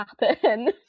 happen